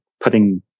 putting